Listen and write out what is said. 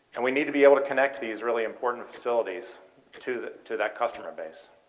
and we need to be able to connect these really important facilities to that to that customer base.